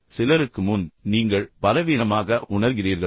சிலருக்கு முன் நீங்கள் பலவீனமாக உணர்கிறீர்களா